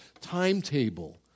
timetable